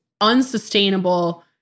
unsustainable